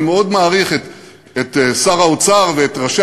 אני מאוד מעריך את שר האוצר ואת ראשי